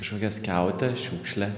kažkokią skiautę šiukšlę